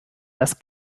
das